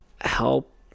help